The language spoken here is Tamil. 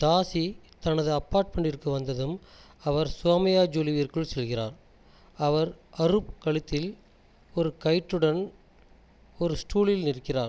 தாஷி தனது அபார்ட்மெண்டிற்கு வந்ததும் அவர் சோமயாஜுலுவிற்குள் செல்கிறார் அவர் அரூப் கழுத்தில் ஒரு கயிற்றுடன் ஒரு ஸ்டூலில் நிற்கிறார்